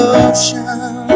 ocean